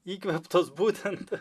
įkvėptas būtent